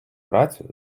працю